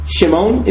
Shimon